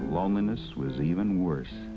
loneliness was even worse